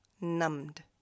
numbed